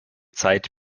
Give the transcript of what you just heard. zeit